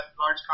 large